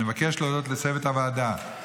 אני מבקש להודות לצוות הוועדה,